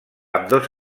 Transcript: ambdós